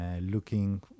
looking